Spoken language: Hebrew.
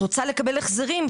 את רוצה לקבל החזרים?